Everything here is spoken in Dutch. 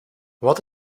wat